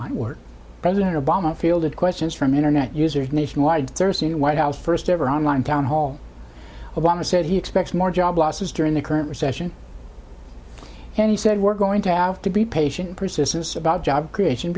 inexpensive or president obama fielded questions from internet users nationwide thursday and white house first ever online town hall obama said he expects more job losses during the current recession and he said we're going to have to be patient persistence about job creation